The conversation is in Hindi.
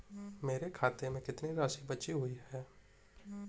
मेरे खाते में कितनी राशि बची हुई है?